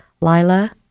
Lila